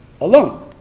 alone